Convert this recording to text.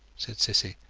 said cissy,